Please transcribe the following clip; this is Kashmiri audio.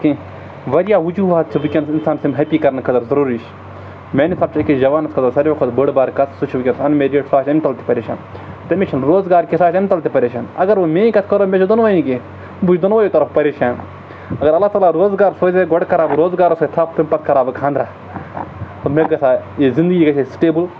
کینٛہہ واریاہ وجوٗہات چھِ وٕنۍکٮ۪نَس اِنسان سٕنٛدۍ ہیٚپی کَرنہٕ خٲطرٕ ضٔروٗری چھِ میٛانہِ حساب چھِ أکِس جَوانَس خٲطرٕ ساروی کھۄتہٕ بٔڑ بار کَتھ سُہ چھُ وٕنۍکٮ۪س اَنمیریٖڈ سُہ آسہِ اَمہِ تَل تہِ پَریشان تٔمِس چھُنہٕ روزگار کینٛہہ سُہ آسہِ اَمہِ تَل تہِ پریشان اگر وٕ میٛٲنۍ کَتھ کَرو مےٚ چھِ دۄنؤیہِ کینٛہہ بہٕ چھُس دۄنوَے طرف پریشان اگر اللہ تعالیٰ روزگار سوزے ہے گۄڈٕ کَرٕہا بہٕ روزگارَس تھَپھ تَمہِ پَتہٕ کَرٕہا بہٕ خاندَرا تہٕ مےٚ گژھٕ ہا یہِ زِندگی گژھِ ہے سٹیبٕل